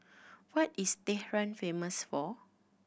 what is Tehran famous for